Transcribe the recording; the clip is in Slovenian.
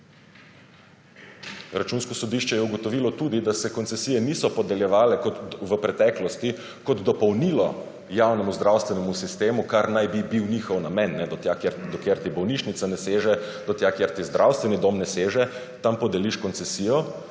Računsko sodišče je ugotovilo tudi, da se koncesije niso podeljevale kot v preteklosti, kot dopolnilo javnemu zdravstvenemu sistemu, kar naj bi bil njihov namen, do tja, do kjer ti bolnišnica ne seže, do tja, kjer ti zdravstveni dom ne seže, tam podeliš koncesijo